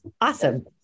awesome